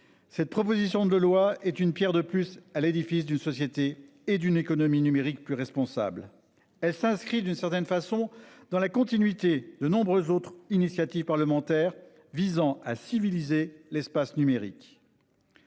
Cette proposition de loi est une Pierre de plus à l'édifice d'une société et d'une économie numérique plus responsable. Elle s'inscrit d'une certaine façon dans la continuité de nombreuses autres initiatives parlementaires visant à civiliser l'espace numérique.